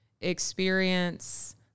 experience